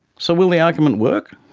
so will the argument work?